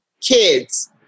Kids